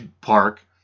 park